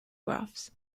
graphs